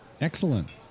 excellent